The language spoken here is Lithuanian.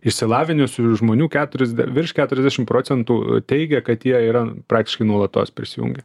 išsilaviniusių žmonių keturis virš keturiasdešim procentų teigia kad jie yra praktiškai nuolatos prisijungę